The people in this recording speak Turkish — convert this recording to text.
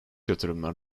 yatırımlar